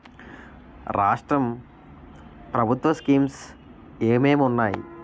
రాష్ట్రం ప్రభుత్వ స్కీమ్స్ ఎం ఎం ఉన్నాయి?